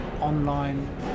online